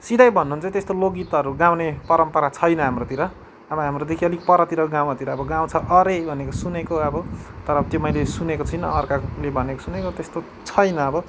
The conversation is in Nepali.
सिधै भन्नु हो भने चाहिँ त्यस्तो लोकगीतहरू गाउने परम्परा छैन हाम्रोतिर अब हाम्रोदेखि अलिक परतिरको गाउँहरूतिर अब गाउँछ अरे भनेको सुनेको अब तर त्यो मैले सुनेको छुइनँ अर्काले भनेको सुनेको त्यस्तो छैन अब